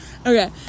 okay